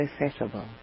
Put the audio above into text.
accessible